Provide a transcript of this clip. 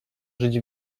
żyć